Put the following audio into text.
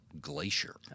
glacier